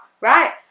Right